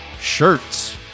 shirts